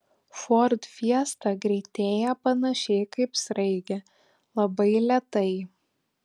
ford fiesta greitėja panašiai kaip sraigė labai lėtai